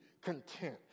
content